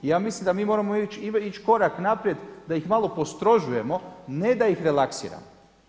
I ja mislim da mi moramo ići korak naprijed da ih malo postrožujemo, ne da ih relaksiramo.